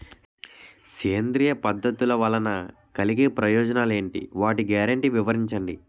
సేంద్రీయ పద్ధతుల వలన కలిగే ప్రయోజనాలు ఎంటి? వాటి గ్యారంటీ వివరించండి?